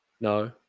No